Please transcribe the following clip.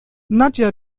nadja